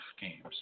games